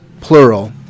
plural